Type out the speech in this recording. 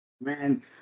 Man